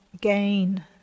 gain